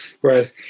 whereas